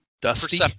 dusty